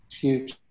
huge